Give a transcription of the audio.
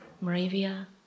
Moravia